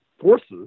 forces